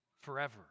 forever